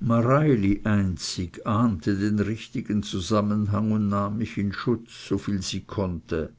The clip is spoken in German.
mareili einzig ahndete den richtigen zusammenhang und nahm mich in schutz soviel sie konnte